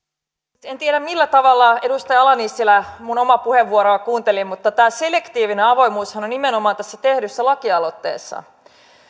en tiedä millä tavalla edustaja ala nissilä omaa puheenvuoroani kuunteli mutta tämä selektiivinen avoimuushan on nimenomaan tässä tehdyssä lakialoitteessa